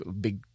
big